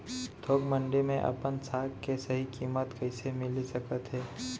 थोक मंडी में अपन साग के सही किम्मत कइसे मिलिस सकत हे?